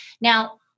Now